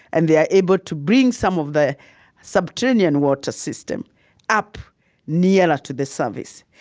and they are able to bring some of the subterranean water system up nearer to the surface,